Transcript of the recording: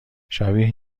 شبیه